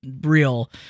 real